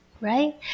Right